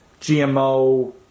GMO